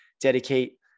dedicate